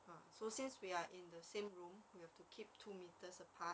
so since we are in the same room we have to keep two metres apart